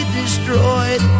destroyed